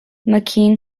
mckean